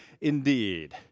Indeed